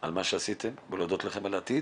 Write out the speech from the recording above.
ועל מה שתעשו בעתיד,